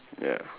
ya